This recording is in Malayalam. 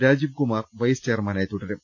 രാജീവ് കുമാർ വൈസ് ചെയർമാനായി തുടരും